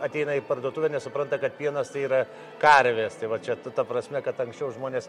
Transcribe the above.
ateina į parduotuvę nesupranta kad pienas tai yra karvės tai va čia ta prasme kad anksčiau žmonės